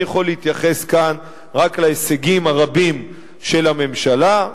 אני יכול להתייחס כאן רק להישגים הרבים של הממשלה.